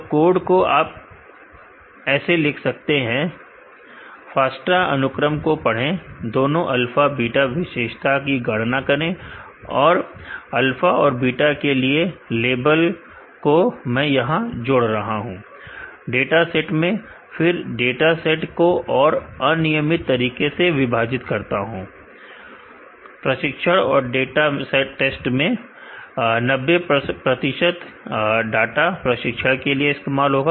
तो कोर्ट को आप ऐसे लिख सकते हैं FASTA अनुक्रम को पढ़ें दोनों अल्फा बीटा विशेषता की गणना करें और मैं अल्फा और बीटा के लिए लेबल को जोड़ रहा हूं डाटा सेट में फिर मैं डाटा सेट को और अनियमित तरीके से विभाजित करता हूं प्रशिक्षण और टेस्ट में 90 डाटा प्रशिक्षण के लिए इस्तेमाल होगा